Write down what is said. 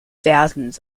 thousands